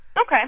Okay